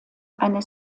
eine